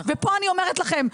ופה אני אומרת לכם,